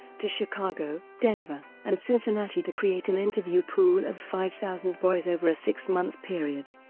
to chicago, denver, and cincinnati to create an interview pool of five thousand boys over a six-month period.